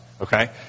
Okay